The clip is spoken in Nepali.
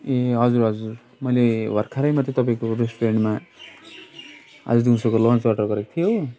ए हजुर हजुर मैले भर्खरै मात्र तपाईँकोबाट रेस्टुरेनटमा आज दिउँसोको लन्च अडर गरेको थिएँ हो